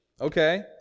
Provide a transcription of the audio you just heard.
Okay